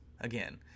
again